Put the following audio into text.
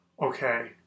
okay